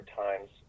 times